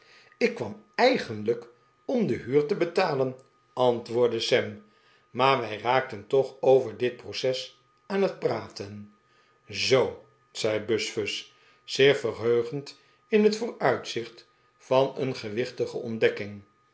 ik kwam eigenlijk om de huur te betalen antwoordde sam maar wij raakten toch ook over dit proces aan het praten zoo zei buzfuz zich verheugend in het vooruitzicht van een gewichtige ontdekking